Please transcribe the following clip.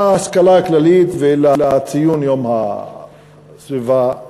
להשכלה הכללית ולציון יום הסביבה הבין-לאומי.